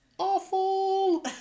awful